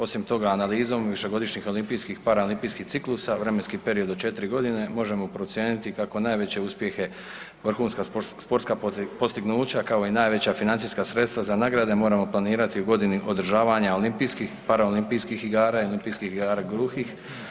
Osim toga, analizom višegodišnjih olimpijskih i para olimpijskih ciklusa vremenski period od 4.g. možemo procijeniti kako najveće uspjehe, vrhunska sportska postignuća, kao i najveća financijska sredstva za nagrade moramo planirati u godini održavanja olimpijskih i para olimpijskih igara i olimpijskih igara gluhih.